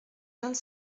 vingt